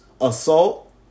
assault